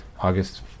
august